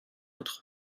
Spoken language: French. nôtre